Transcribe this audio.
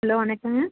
hello வணக்கங்க